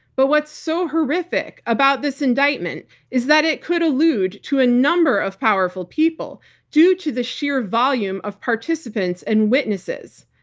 but what's so horrific about this indictment is that it could allude to a number of powerful people due to the sheer volume of participants and witnesses.